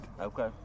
Okay